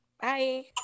Bye